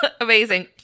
Amazing